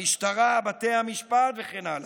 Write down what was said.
המשטרה, בתי המשפט וכן הלאה.